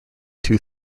two